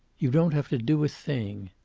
you don't have to do a thing.